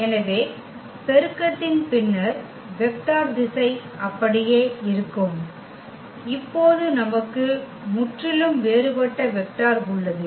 எனவே பெருக்கத்தின் பின்னர் வெக்டர் திசை அப்படியே இருக்கும் இப்போது நமக்கு முற்றிலும் வேறுபட்ட வெக்டர் உள்ளது